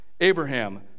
Abraham